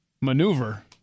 maneuver